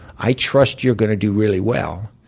i trust you're going to do really well,